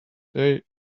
day